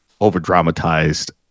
over-dramatized